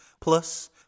Plus